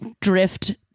drift